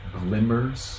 glimmers